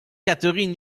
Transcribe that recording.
catherine